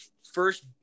first